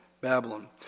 Babylon